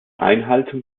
einhaltung